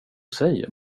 säger